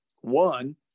one